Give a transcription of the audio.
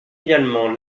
également